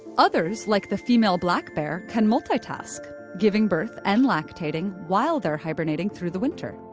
others, like the female black bear, can multitask, giving birth and lactating while they're hibernating through the winter.